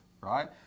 right